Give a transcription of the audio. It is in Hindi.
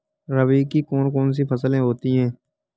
रबी की कौन कौन सी फसलें होती हैं?